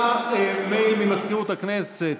לאנשים לחזור.